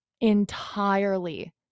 entirely